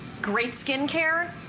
great skincare,